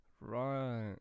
right